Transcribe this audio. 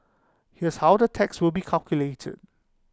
here's how the tax will be calculated